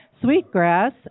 Sweetgrass